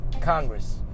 Congress